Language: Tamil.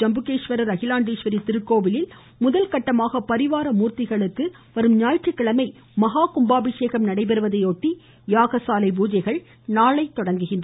ஜம்புகேஷ்வரர் திருவானைக்காவல் அகிலாண்டேஸ்வரி திருக்கோவிலில் முதற்கட்டமாக பரிவார மூர்த்திகளுக்கு வரும் ஞாயிற்றுக்கிழமை மகா கும்பாபிஷேகம் நடைபெறுவதையொட்டி யாக சாலை பூஜைகள் நாளை தொடங்குகின்றன